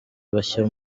bashya